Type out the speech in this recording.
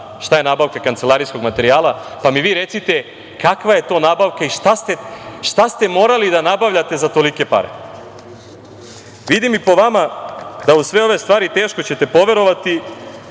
šta je nabavka kancelarijskog materijala, pa mi vi recite kakva je to nabavka i šta ste morali da nabavljate za tolike pare. Vidim i po vama da u sve ove stvari ćete teško poverovati